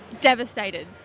Devastated